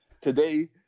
today